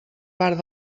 part